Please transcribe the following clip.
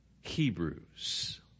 Hebrews